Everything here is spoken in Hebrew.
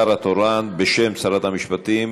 חוק ומשפט נתקבלה.